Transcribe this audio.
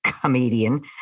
Comedian